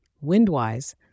Wind-wise